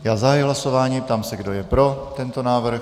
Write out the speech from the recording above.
Zahajuji hlasování a ptám se, kdo je pro tento návrh.